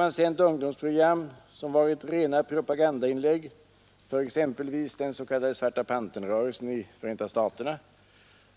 avtalet mellan sänt ungdomsprogram som varit rena propagandainlägg för exempelvis Radi, adio den s.k. Svarta panter-rörelsen i Förenta staterna